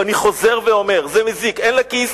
ואני חוזר ואומר: זה מזיק הן לכיס,